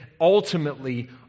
ultimately